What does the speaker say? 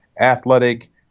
athletic